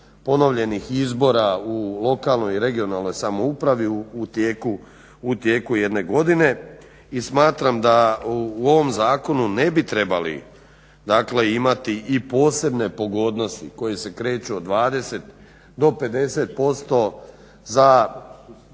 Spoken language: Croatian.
ponovljenih izbora u lokalnoj i regionalnoj samoupravi u tijeku jedne godine i smatram da u ovom zakonu ne bi trebali imati i posebne pogodnosti koje se kreću od 20 do 50% za